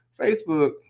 facebook